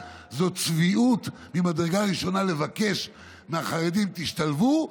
זאת תהיה צביעות ממדרגה ראשונה לבקש מהחרדים: תשתלבו,